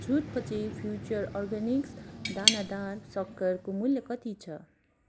छुटपछि Future Organics दानादार सक्करको मूल्य कति छ